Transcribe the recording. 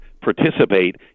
participate